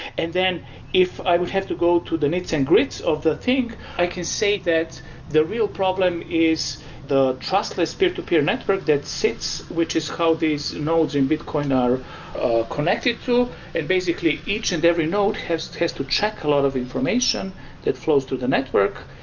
and then if i would have to go to the nits and grits of the thing, i can say that the real problem is the trustless peer-to-peer network that sits, which is how these nodes in bitcoin are are connected to and basically each and every node has has to check a lot of information that flows through the network.